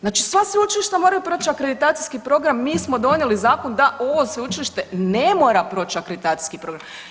Znači sva sveučilišta moraju proći akreditacijski program, mi smo donijeli zakon da ovo sveučilište ne mora proći akreditacijski program.